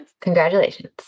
congratulations